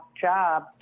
job